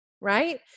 right